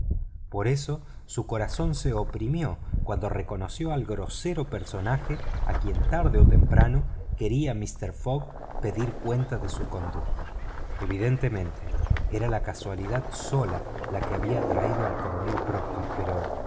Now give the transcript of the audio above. por eso su corazón se oprimió cuando reconoció al grosero personaje a quien tarde o temprano quería mister fogg pedir cuenta de su conducta evidentemente era la casualidad sola la que había traído al coronel proctor pero